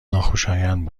ناخوشایند